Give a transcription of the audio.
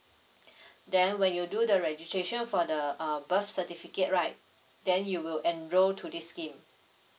then when you do the registration for the uh birth certificate right then you will enroll to this scheme